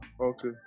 okay